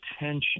attention